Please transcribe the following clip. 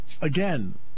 Again